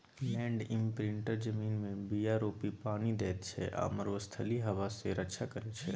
land imprinter जमीनमे बीया रोपि पानि दैत छै आ मरुस्थलीय हबा सँ रक्षा करै छै